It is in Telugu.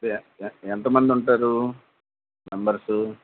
అదే ఎంతమందుంటారు మెంబర్సు